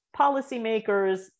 policymakers